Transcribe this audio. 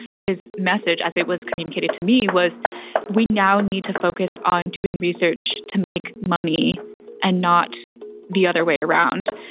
his message, as it was communicated to me was we now need to focus on doing research to make money and not the other way around.